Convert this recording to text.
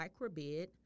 Microbid